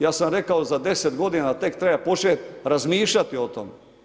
Ja sam rekao za 10 godina tek treba početi razmišljati o tome.